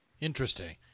Interesting